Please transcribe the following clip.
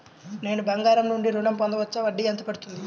నేను బంగారం నుండి ఋణం పొందవచ్చా? వడ్డీ ఎంత పడుతుంది?